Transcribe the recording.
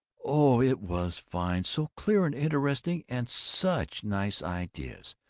oh, it was fine so clear and interesting, and such nice ideas.